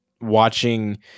watching